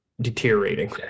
deteriorating